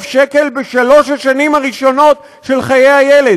שקל בשלוש השנים הראשונות של חיי הילד.